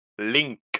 Link